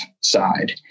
side